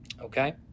okay